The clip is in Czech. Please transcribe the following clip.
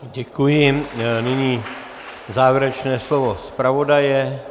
Děkuji a nyní závěrečné slovo zpravodaje.